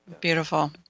Beautiful